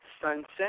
sunset